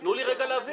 תנו לי רגע להבין.